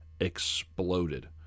exploded